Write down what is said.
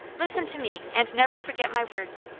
listen to me, and never forget my words.